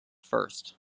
first